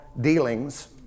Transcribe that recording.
dealings